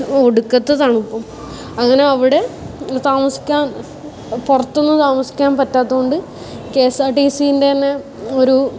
ഒടുക്കത്ത തണുപ്പും അങ്ങനെ അവിടെ താമസിക്കാൻ പുറത്തൊന്നും താമസിക്കാൻ പറ്റാത്തത് കൊണ്ട് കെ എസ് ആർ ടി സിൻ്റെ തന്നെ ഒരു